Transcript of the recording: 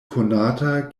konata